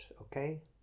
okay